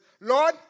Lord